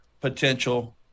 potential